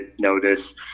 notice